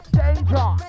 danger